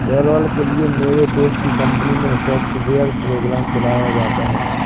payroll के लिए मेरे दोस्त की कंपनी मै सॉफ्टवेयर प्रोग्राम चलाया जाता है